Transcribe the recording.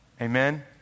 Amen